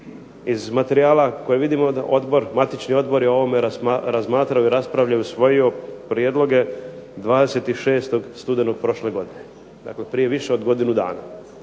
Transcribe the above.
iz materijala koje vidimo odbor, matični odbor je o ovome razmatrao i raspravljao i usvojio prijedloge 26. studenog prošle godine, dakle prije više od godine dana,